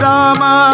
Rama